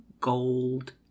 gold